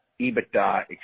EBITDA